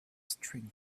string